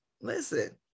listen